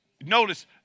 Notice